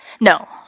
No